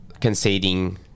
conceding